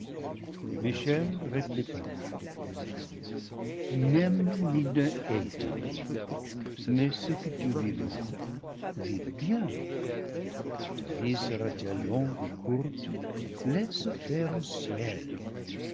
michel répliqua n'aime ni ne hais ta vie mais ce que tu vivras vis le bien ta vie sera-t-elle longue ou courte laisse faire au ciel